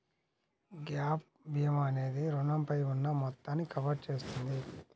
gap భీమా అనేది రుణంపై ఉన్న మొత్తాన్ని కవర్ చేస్తుంది